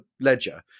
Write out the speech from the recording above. ledger